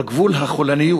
על גבול החולניות.